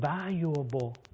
valuable